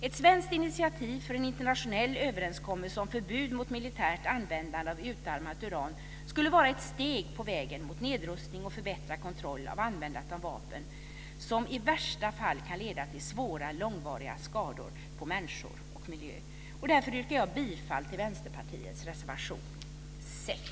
Ett svenskt initiativ till en internationell överenskommelse om förbud mot militärt användande av utarmat uran skulle vara ett steg på vägen mot nedrustning och förbättrad kontroll mot användandet av vapen som i värsta fall kan leda till svåra, långvariga skador på människor och miljö. Därför yrkar jag bifall till Vänsterpartiets reservation 6.